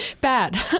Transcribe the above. Bad